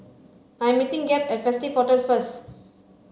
I am meeting Gabe at Festive Hotel first